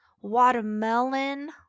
Watermelon